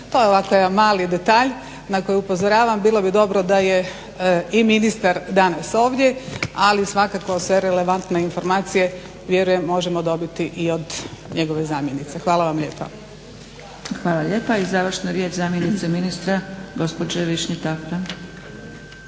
To je ovako jedan mali detalj na koji upozoravam, bilo bi dobro da je ministar danas ovdje, ali svakako sve relevantne informacije vjerujem možemo dobiti i od njegove zamjenice. Hvala vam lijepa. **Zgrebec, Dragica (SDP)** Hvala vam lijepa. I završna riječ zamjenice ministra gospođe Višnje Tafra.